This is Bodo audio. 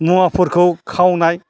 मुवाफोरखौ खावनाय